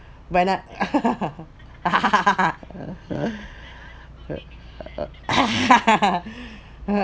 when I